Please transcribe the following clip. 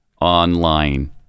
online